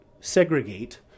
segregate